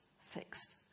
fixed